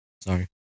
Sorry